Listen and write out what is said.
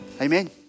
Amen